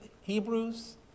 Hebrews